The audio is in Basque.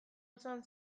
osoan